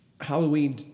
Halloween